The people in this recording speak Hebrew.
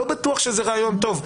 לא בטוח שזה רעיון טוב,